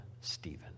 Stephen